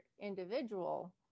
individual